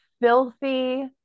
filthy